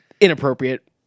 inappropriate